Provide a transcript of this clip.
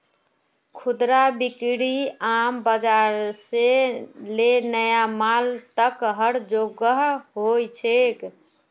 खुदरा बिक्री आम बाजार से ले नया मॉल तक हर जोगह हो छेक